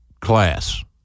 class